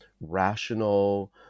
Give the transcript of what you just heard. rational